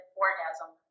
orgasm